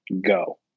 go